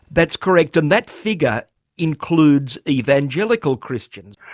that's correct, and that figure includes evangelical christians.